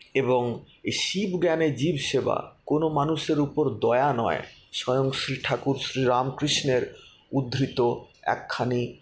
এবং শিব জ্ঞানে জীব সেবা কোনো মানুষের ওপর দয়া নয় স্বয়ং শ্রী ঠাকুর শ্রী রামকৃষ্ণের উদ্ধৃত একখানি